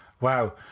Wow